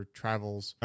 travels